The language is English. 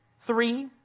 three